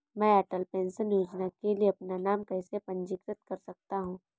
मैं अटल पेंशन योजना के लिए अपना नाम कैसे पंजीकृत कर सकता हूं?